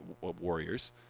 Warriors